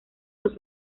los